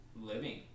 living